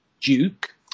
Duke